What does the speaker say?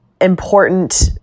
important